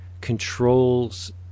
controls